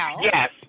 yes